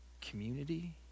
community